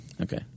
Okay